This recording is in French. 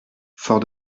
fort